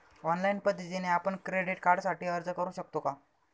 Online पद्धतीने आपण credit कार्डसाठी अर्ज करु शकतो का?